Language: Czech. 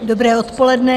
Dobré odpoledne.